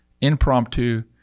Impromptu